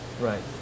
Right